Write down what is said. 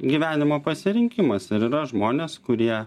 gyvenimo pasirinkimas ir yra žmonės kurie